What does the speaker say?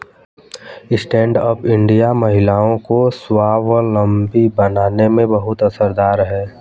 stand up India महिलाओं को स्वावलम्बी बनाने में बहुत असरदार है